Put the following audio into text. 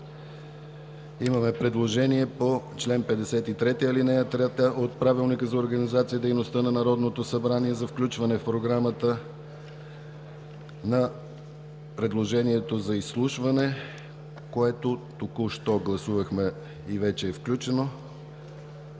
Имаме предложение по чл. 53, ал. 3 от Правилника за организацията и дейността на Народното събрание за включване в Програмата на предложението за изслушване, което току-що гласувахме, и вече е включено.